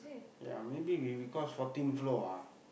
ya maybe we because fourteen floor ah